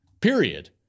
Period